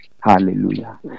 Hallelujah